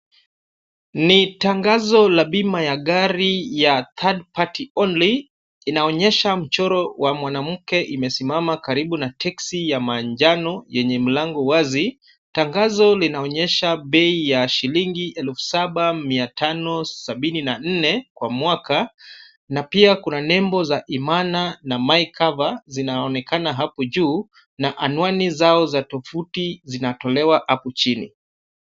Ni tangazo la bima ya gari ya third-party only , linaonyesha mchoro wa mwanamke imesimama karibu na teksi ya manjano yenye mlango wazi, tangazo linaonyesha bei ya shilingi 7574 kwa mwaka. Na pia kuna nembo za Imana na MyCover zinaonekana hapo juu, na anwani zao za tovuti zinatolewa hapo chini.